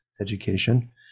education